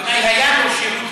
אבל אולי היה לו שירות טראומטי.